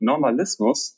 normalismus